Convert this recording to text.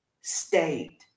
state